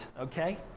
okay